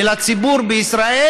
ולציבור בישראל,